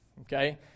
okay